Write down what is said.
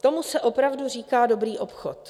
Tomu se opravdu říká dobrý obchod.